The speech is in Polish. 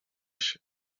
się